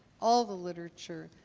all the literature.